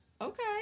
Okay